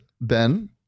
Ben